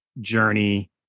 journey